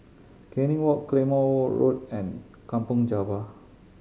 Canning Walk Claymore Road and Kampong Java